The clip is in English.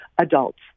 adults